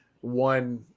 one